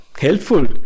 helpful